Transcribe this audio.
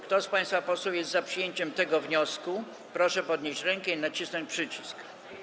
Kto z państwa posłów jest za przyjęciem tego wniosku, proszę podnieść rękę i nacisnąć przycisk.